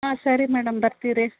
ಹಾಂ ಸರಿ ಮೇಡಮ್ ಬರ್ತೀರಿ